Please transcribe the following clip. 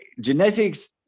genetics